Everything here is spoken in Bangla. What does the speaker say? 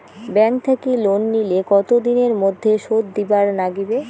ব্যাংক থাকি লোন নিলে কতো দিনের মধ্যে শোধ দিবার নাগিবে?